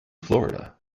florida